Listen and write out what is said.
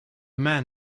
men